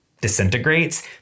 disintegrates